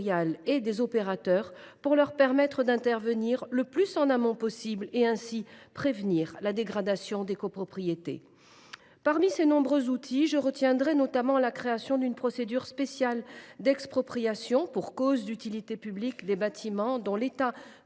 et des opérateurs pour leur permettre d’intervenir le plus en amont possible et ainsi prévenir la dégradation des copropriétés. Parmi les nouveaux outils proposés, je retiendrai notamment la création d’une procédure spéciale d’expropriation pour cause d’utilité publique des bâtiments dont l’état